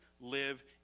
live